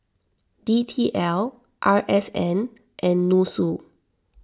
D T L R S N and Nussu